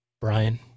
Brian